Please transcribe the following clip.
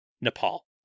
Nepal